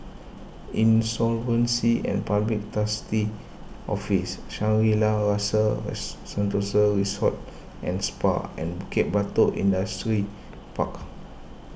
Insolvency and Public Trustee's Office Shangri La's Rasa Sentosa Resort and Spa and Bukit Batok Industrial Park